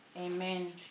Amen